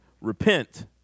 repent